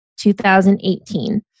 2018